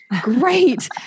Great